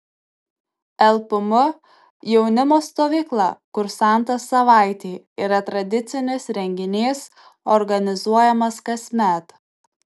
lpm jaunimo stovykla kursantas savaitei yra tradicinis renginys organizuojamas kasmet